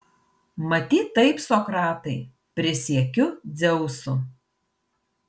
matyt taip sokratai prisiekiu dzeusu